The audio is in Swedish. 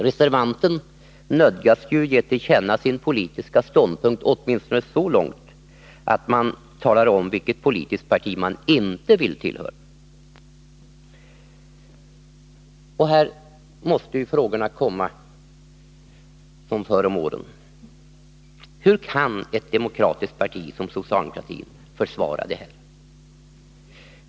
Reservanten nödgas ju ge till känna sin politiska ståndpunkt åtminstone så långt att han talar om vilket parti han inte vill tillhöra. Här måste frågorna komma som förr om åren. Hur kan ett demokratiskt parti som socialdemokratin försvara detta?